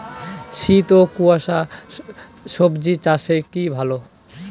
শীত ও কুয়াশা স্বজি চাষে কি ভালো?